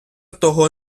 того